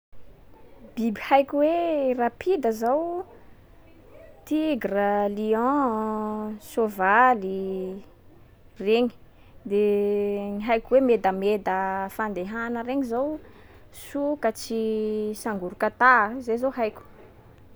Biby haiko hoe rapide zao: tigre, lion, soavaly, regny. De ny haiko hoe medameda fandehàna regny zao: sokatsy, sangorikatà, zay zao haiko.